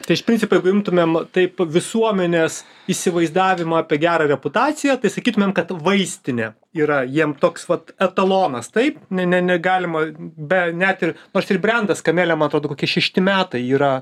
tai iš principo jeigu imtumėm taip visuomenės įsivaizdavimą apie gerą reputaciją tai sakytumėm kad vaistinė yra jiem toks vat etalonas taip ne ne negalima be net ir nors ir brendas camelia man atrodo kokie šešti metai yra